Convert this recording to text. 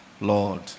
Lord